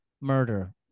murder